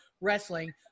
wrestling